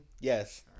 Yes